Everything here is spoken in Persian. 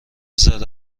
ذره